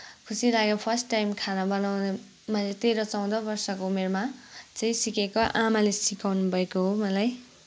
खुसी लाग्यो first time खाना बनाउन मैले तेह्र चौध वर्षको उमेरमा चाहिँ सिकेको आमाले सिकाउनु भएको हो मलाई